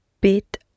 bit